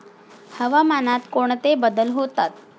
हवामानात कोणते बदल होतात?